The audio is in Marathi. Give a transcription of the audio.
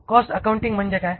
कॉस्ट अकाउंटिंग म्हणजे काय